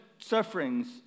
sufferings